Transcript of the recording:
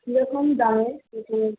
কিরকম দামে